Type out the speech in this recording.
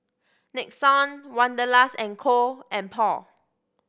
Nixon Wanderlust and Co and Paul